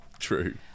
true